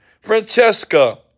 Francesca